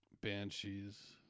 Banshees